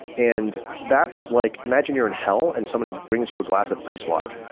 and that is like imagine you're in hell and someone brings you a glass of ice water.